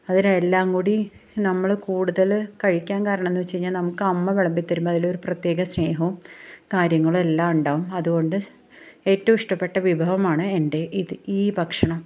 അതിനെയെല്ലാം കൂടി നമ്മൾ കൂടുതൽ കഴിക്കാൻ കാരണം എന്നു വച്ചു കഴിഞ്ഞാൽ നമുക്ക് അമ്മ വിളമ്പിത്തരമ്പും അതിൽ പ്രത്യേക സ്നേഹവും കാര്യങ്ങളും എല്ലാം ഉണ്ടാകും അതുകൊണ്ട് ഏറ്റവും ഇഷ്ടപ്പെട്ട വിഭവമാണ് എൻ്റെ ഇത് ഈ ഭക്ഷണം